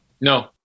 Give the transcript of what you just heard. No